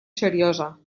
seriosa